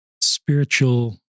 spiritual